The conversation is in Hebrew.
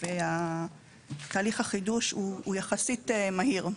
ותהליך החידוש הוא יחסית מהיר.